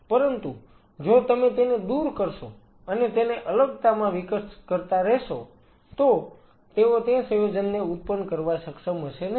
પરંતુ જો તમે તેને દૂર કરશો અને તેને અલગતામાં વિકાસ કરતા રહેશો તો તેઓ તે સંયોજનને ઉત્પન્ન કરવા સક્ષમ હશે નહીં